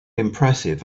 impressive